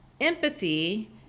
empathy